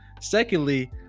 Secondly